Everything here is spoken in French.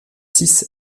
six